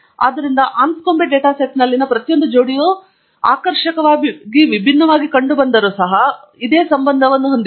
ಆದ್ದರಿಂದ Anscombe data ಸೆಟ್ನಲ್ಲಿನ ಪ್ರತಿಯೊಂದು ಜೋಡಿಯು ಆಕರ್ಷಕವಾಗಿ ವಿಭಿನ್ನವಾಗಿ ಕಂಡುಬಂದರೂ ಸಹ ಇದೇ ಸಂಬಂಧವನ್ನು ಹೊಂದಿದೆ